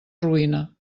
ruïna